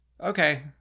okay